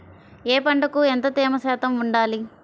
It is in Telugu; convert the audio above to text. ఏ పంటకు ఎంత తేమ శాతం ఉండాలి?